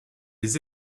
les